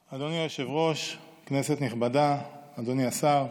היושב-ראש, כנסת נכבדה, אדוני השר,